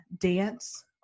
dance